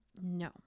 No